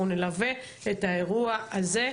אנחנו נלווה את האירוע הזה.